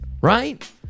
right